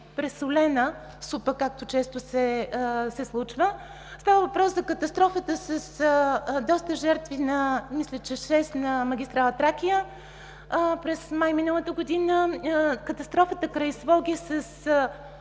пресолена супа, както често се случва. Става въпрос за катастрофата с доста жертва, мисля че шест, на магистрала „Тракия“ през май миналата година, за катастрофата край Своге с